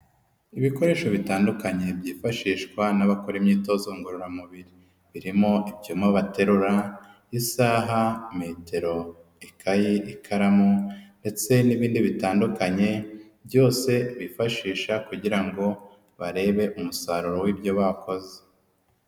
Ibikoresho bitandukanye byifashishwa n'abakora imyitozo ngororamubiri, birimo ibyuma baterura, isaha, metero, ikaye, ikaramu ndetse n'ibindi bitandukanye, byose bifashisha kugira ngo barebe umusaruro w'ibyo bakoze.